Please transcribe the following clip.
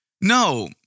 No